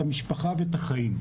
את המשפחה ואת החיים,